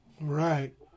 Right